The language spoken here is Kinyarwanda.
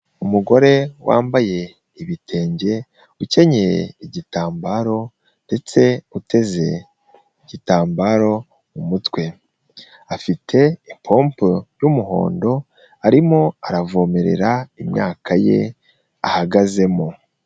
Umugore wambaye ibitenge, ukenyeye igitambaro ndetse uteze igitambaro mu mutwe, afite ipompo y'umuhondo, arimo aravomerera imyaka ye ahagazemo.